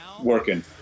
working